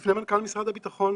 בפני מנכ"ל משרד הביטחון,